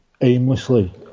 aimlessly